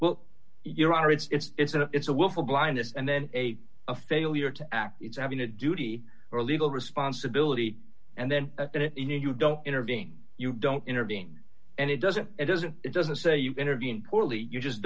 well your honor it's it's a it's a willful blindness and then a a failure to act it's having a duty or a legal responsibility and then you know you don't intervene you don't intervene and it doesn't it doesn't it doesn't say you intervene poorly you just